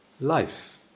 life